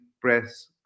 press